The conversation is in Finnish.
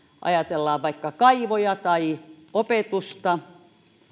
ajatellaan vaikka kaivoja tai opetusta